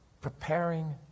preparing